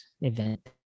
event